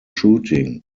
shooting